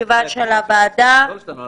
(הישיבה נפסקה בשעה 10:35 ונתחדשה בשעה 10:44.) אוקיי.